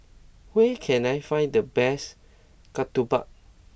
where can I find the best Ketupat